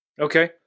Okay